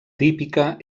típica